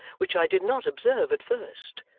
which i did not observe at first,